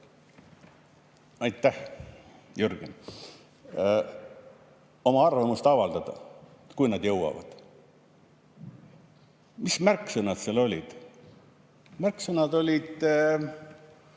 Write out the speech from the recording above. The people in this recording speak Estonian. võimalus oma arvamust avaldada, kui nad jõuavad. Mis märksõnad seal olid? Märksõnad olid